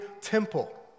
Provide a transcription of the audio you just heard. temple